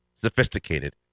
Sophisticated